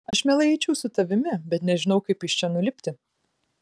aš mielai eičiau su tavimi bet nežinau kaip iš čia nulipti